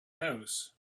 house